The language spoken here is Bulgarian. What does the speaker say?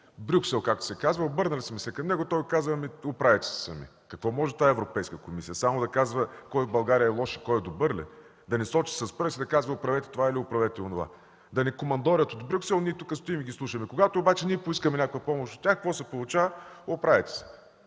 Ние сме се обърнали към Брюксел и той казва: „Оправяйте се сами!“. Какво може тази Европейска комисия?! Само да казва кой в България е лош и кой е добър ли? Да ни сочи с пръст и да казва: „Оправете това или оправете онова!“ Да ни командорят от Брюксел, а ние тук стоим и ги слушаме. Когато обаче поискаме някаква помощ от тях, какво се получава –„Оправяйте се!“.